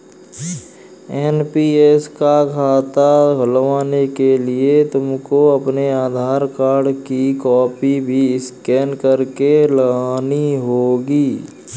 NPS का खाता खुलवाने के लिए तुमको अपने आधार कार्ड की कॉपी भी स्कैन करके लगानी होगी